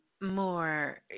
more